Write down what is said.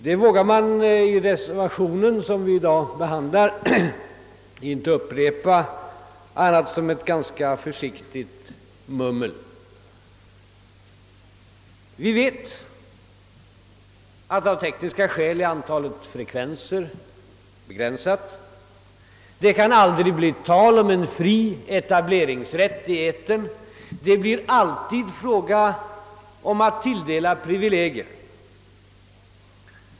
Det vågar man i den reservation, som vi bl.a. behandlar i dag, inte upprepa annat än i form av ett ganska försiktigt mummel. Vi vet att av tekniska skäl antalet frekvenser är begränsat. Det kan aldrig bli tal om en fri etableringsrätt i etern. Det blir alltid fråga om att tilldela privilegier.